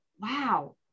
wow